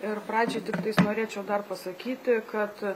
ir pradžioj tiktais norėčiau dar pasakyti kad